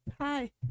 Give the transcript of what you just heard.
hi